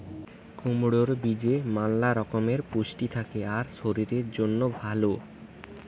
কুমড়োর বীজে ম্যালা রকমের পুষ্টি থাকে আর শরীরের জন্যে ভালো